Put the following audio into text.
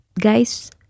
guys